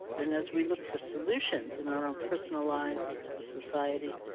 then as we look for solutions in our own personal lives or society,